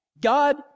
God